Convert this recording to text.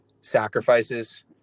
sacrifices